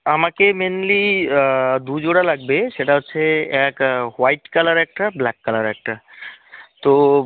আমাকে মেনলি দুজোড়া লাগবে সেটা হচ্ছে এক হোয়াইট কালার একটা ব্ল্যাক কালার একটা তো